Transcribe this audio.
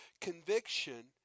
Conviction